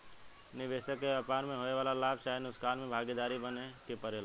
निबेसक के व्यापार में होए वाला लाभ चाहे नुकसान में भागीदार बने के परेला